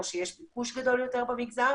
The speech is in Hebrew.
או שיש ביקוש גדול יותר במגזר.